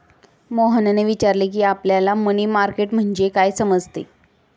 मोहनने विचारले की, आपल्याला मनी मार्केट म्हणजे काय समजते?